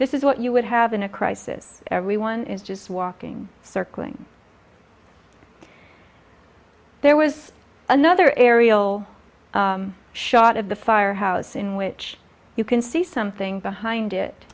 this is what you would have in a crisis everyone is just walking circling there was another aerial shot of the firehouse in which you can see something behind it